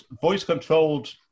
voice-controlled